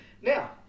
Now